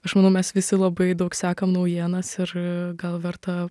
aš manau mes visi labai daug sekam naujienas ir gal verta